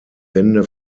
wände